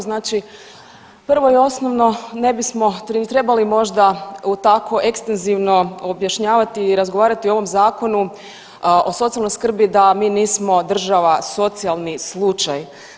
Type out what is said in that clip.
Znači prvo i osnovno ne bismo im trebali možda tako ekstenzivno objašnjavati i razgovarati o ovom Zakonu o socijalnoj skrbi da mi nismo država socijalni slučaj.